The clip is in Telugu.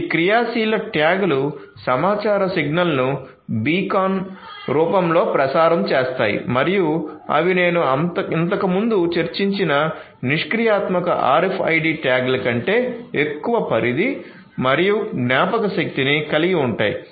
ఈ క్రియాశీల ట్యాగ్లు సమాచార సిగ్నల్ను బీకాన్ల రూపంలో ప్రసారం చేస్తాయి మరియు అవి నేను ఇంతకుముందు చర్చించిన నిష్క్రియాత్మక RFID ట్యాగ్ల కంటే ఎక్కువ పరిధి మరియు జ్ఞాపకశక్తిని కలిగి ఉంటాయి